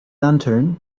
lantern